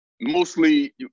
mostly